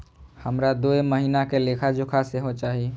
हमरा दूय महीना के लेखा जोखा सेहो चाही